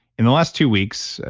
in the last two weeks,